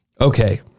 Okay